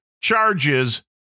charges